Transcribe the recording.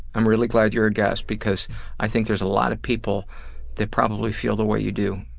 i'm really glad you're a guest, because i think there's a lot of people that probably feel the way you do,